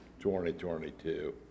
2022